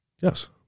Yes